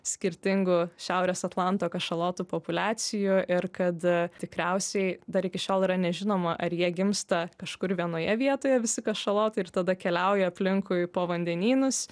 skirtingų šiaurės atlanto kašalotų populiacijų ir kad tikriausiai dar iki šiol yra nežinoma ar jie gimsta kažkur vienoje vietoje visi kašalotai ir tada keliauja aplinkui po vandenynus